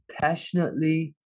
passionately